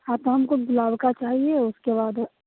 हाँ त हमको गुलाब का चाहिए उसके बाद